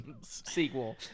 sequel